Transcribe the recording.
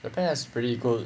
japan has pretty good